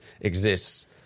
exists